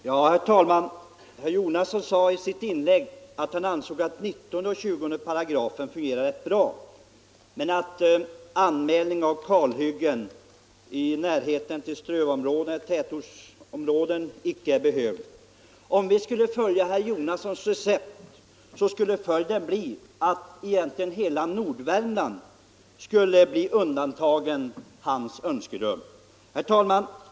Herr talman! Herr Jonasson anser att anmälningsplikt för kalhyggen på områden som berörs av 19 och 20 §§ är tillräcklig och att övrig anmälningsplikt inte är behövlig. Om vi skulle följa herr Jonassons recept skulle följden bli att egentligen hela norra Värmland skulle undantas.